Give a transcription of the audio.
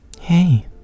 Hey